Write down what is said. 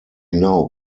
now